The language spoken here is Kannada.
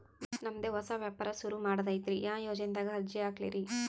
ನಮ್ ದೆ ಹೊಸಾ ವ್ಯಾಪಾರ ಸುರು ಮಾಡದೈತ್ರಿ, ಯಾ ಯೊಜನಾದಾಗ ಅರ್ಜಿ ಹಾಕ್ಲಿ ರಿ?